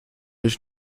ich